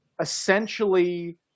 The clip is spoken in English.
essentially